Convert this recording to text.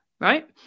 right